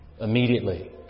immediately